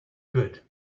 good